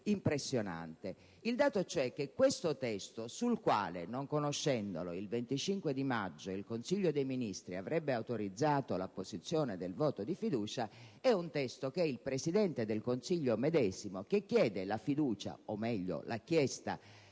da sottolineare. Il testo sul quale, non conoscendolo, il 25 maggio il Consiglio dei ministri avrebbe autorizzato l'apposizione del voto di fiducia è un testo sul quale il Presidente del Consiglio medesimo che chiede la fiducia - o meglio l'ha chiesta,